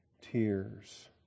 tears